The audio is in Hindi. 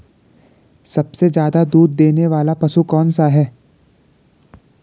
सबसे ज़्यादा दूध देने वाला पशु कौन सा है?